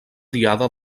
diada